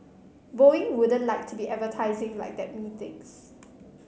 boeing wouldn't like to be advertising like that methinks